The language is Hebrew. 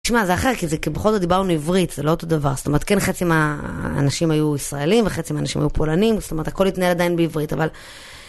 שמע, זה אחר, כי בכל זאת דיברנו עברית, זה לא אותו דבר, זאת אומרת, כן, חצי מהאנשים היו ישראלים וחצי מהאנשים היו פולנים, זאת אומרת, הכל התנהל עדיין בעברית, אבל...